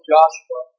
Joshua